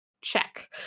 check